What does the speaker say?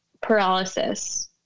paralysis